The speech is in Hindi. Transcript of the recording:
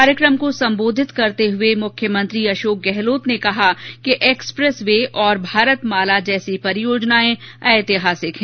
कार्यक्रम को संबोधित करते हुए मुख्यमंत्री अशोक गहलोत ने कहा कि एक्सप्रेस वे और भारतमाला जैसी परियोजनाएं ऐतिहासिक हैं